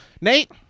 Nate